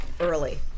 early